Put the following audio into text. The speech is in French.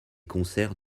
concerts